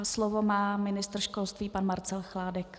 Slovo má ministr školství pan Marcel Chládek.